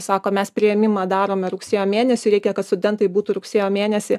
sako mes priėmimą darome rugsėjo mėnesiui reikia kad studentai būtų rugsėjo mėnesį